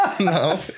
No